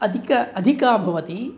अधिका अधिका भवति